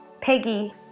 Peggy